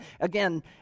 again